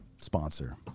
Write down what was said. sponsor